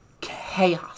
chaos